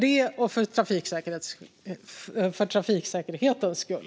Det är för trafiksäkerhetens skull.